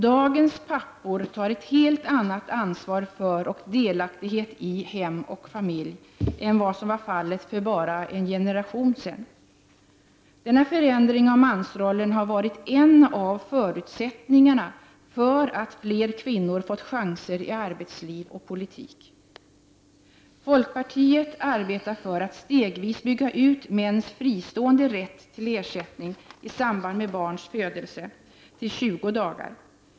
Dagens pappor tar ett helt annat ansvar för och delaktighet i hem och familj än vad som var fallet för bara en generation sedan. Denna förändring av mansrollen har varit en av förutsättningarna för att fler kvinnor fått chanser i arbetsliv och politik. Folkpartiet arbetar för att stegvis bygga ut mäns fristående rätt till ersättning i samband med barns födelse till 20 dagar.